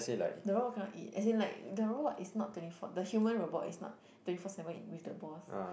the robot cannot eat as in like the robot is not twenty four the human robot is not twenty four seven in with the boss